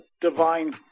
divine